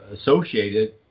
associated